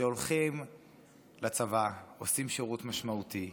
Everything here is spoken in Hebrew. שהולכים לצבא, עושים שירות משמעותי,